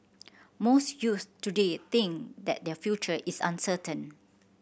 most youths today think that their future is uncertain